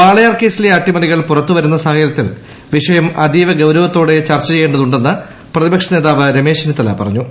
വാളയാർ കേസിലെ അട്ടിമറികൾ പുറത്തുവരുന്ന സാഹചരൃത്തിൽ വിഷയം അതീവ ഗൌരവത്തോടെ ചർച്ച ചെയ്യേണ്ടതുണ്ടെന്ന് പ്രതിപക്ഷ നേതാവ് രമേശ് ചെന്നിത്തല പറഞ്ഞു